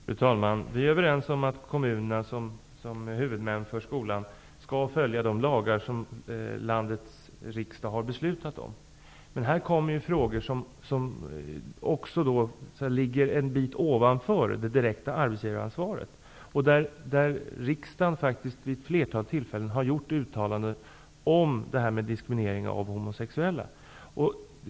Fru talman! Vi är överens om att kommunerna som huvudmän för skolan skall följa de lagar som landets riksdag har beslutat om. Men här gäller det ju frågor som så att säga ligger en bit ovanför det direkta arbetsgivaransvaret, och riksdagen har ju vid ett flertal tillfällen gjort uttalanden om diskriminineringen av homosexuella.